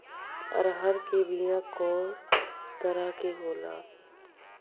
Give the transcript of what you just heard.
अरहर के बिया कौ तरह के होला?